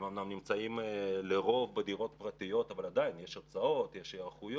אומנם הם נמצאים לרוב בדירות פרטיות אבל עדיין יש הוצאות והיערכויות.